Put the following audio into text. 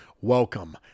Welcome